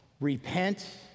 Repent